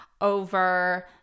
over